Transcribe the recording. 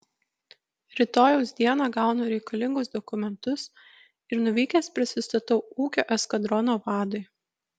rytojaus dieną gaunu reikalingus dokumentus ir nuvykęs prisistatau ūkio eskadrono vadui